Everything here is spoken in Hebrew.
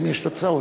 האם יש תוצאות?